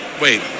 Wait